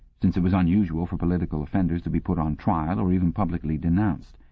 since it was unusual for political offenders to be put on trial or even publicly denounced.